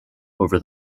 over